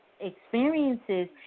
experiences